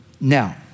Now